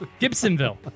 Gibsonville